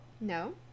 No